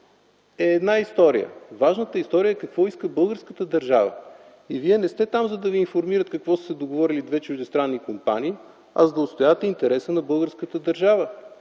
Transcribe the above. е една история. Важната история е какво иска българската държава. Вие не сте там, за да Ви информират какво са се договорили две чуждестранни компании, а за да отстоявате интереса на българската държава.